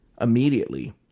immediately